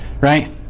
right